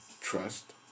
trust